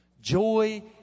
Joy